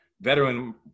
veteran